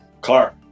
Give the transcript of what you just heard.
Clark